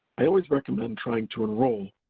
i always recommend trying to enroll,